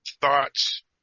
thoughts